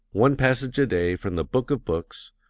one passage a day from the book of books,